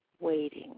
waiting